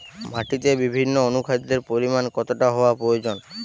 মাটিতে বিভিন্ন অনুখাদ্যের পরিমাণ কতটা হওয়া প্রয়োজন?